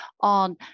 on